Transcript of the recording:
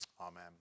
amen